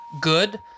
good